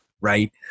Right